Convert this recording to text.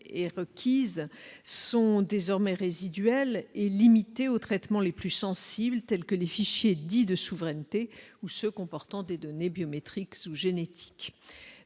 est requise, sont désormais résiduel est limitée aux traitements les plus sensibles, tels que les fichiers dits de souveraineté ou se comportant des données biométriques sous génétique